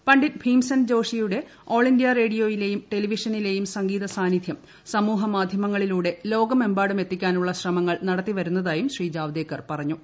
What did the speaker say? പണ്ഡിറ്റ് ഭീംസെൻ ജോഷിയുടെ All India റേഡിയോയിലെയും ടെലിവിഷനിലെയും സംഗീത സാന്നിധ്യം സമൂഹമാധ്യമങ്ങളിലൂടെ ലോകമെമ്പാടും എത്തിക്കാനുള്ള ശ്രമങ്ങൾ നടത്തിവരുന്നതായും ശ്രീ ജാവ്ദേക്കർ പറഞ്ഞു